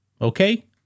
Okay